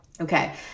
Okay